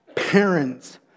parents